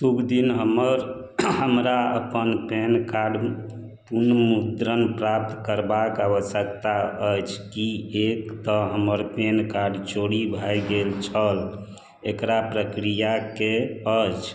शुभ दिन हमर हमरा अपन पैन कार्डक पुनर्मुद्रण प्राप्त करबाक आवश्यकता अछि किएक तऽ हमर पैन कार्ड चोरी भए गेल छल एकरा प्रक्रिआ की अछि